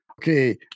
Okay